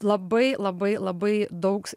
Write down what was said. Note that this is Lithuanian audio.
labai labai labai daug